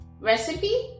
recipe